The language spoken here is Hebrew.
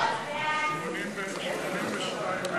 סעיפים 18 19,